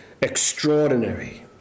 extraordinary